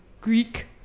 greek